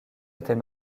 était